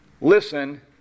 Listen